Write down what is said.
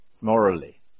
morally